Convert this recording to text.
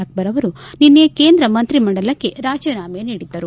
ಅಕ್ಟರ್ ಅವರು ನಿನ್ನೆ ಕೇಂದ್ರ ಮಂತ್ರಿಮಂಡಲಕ್ಕೆ ರಾಜಿನಾಮೆ ನೀಡಿದ್ದರು